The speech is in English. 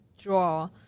draw